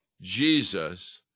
Jesus